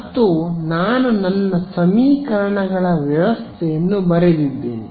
ಮತ್ತು ನಾನು ನನ್ನ ಸಮೀಕರಣಗಳ ವ್ಯವಸ್ಥೆಯನ್ನು ಬರೆದಿದ್ದೇನೆ